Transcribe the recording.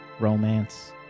romance